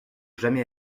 jamais